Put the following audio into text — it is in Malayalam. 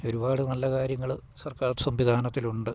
ഒരുപാട് നല്ല കാര്യങ്ങൾ സർക്കാർ സംവിധാനത്തിലുണ്ട്